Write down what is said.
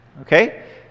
okay